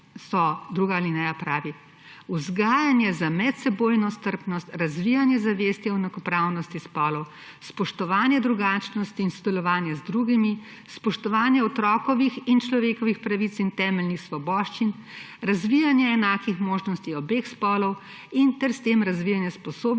izobraževanja: »Vzgajanje za medsebojno strpnost, razvijanje zavesti o enakopravnosti spolov, spoštovanje drugačnosti in sodelovanje z drugimi, spoštovanje otrokovih in človekovih pravic in temeljnih svoboščin, razvijanje enakih možnosti obeh spolov ter s tem razvijanje sposobnosti